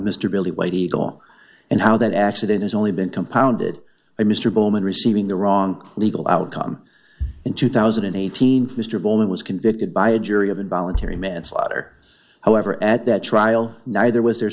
mr billy white eagle and how that accident has only been compounded by mr bowman receiving the wrong legal outcome in two thousand and eighteen mr bowman was convicted by a jury of involuntary manslaughter however at that trial neither was the